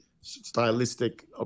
stylistic